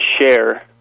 share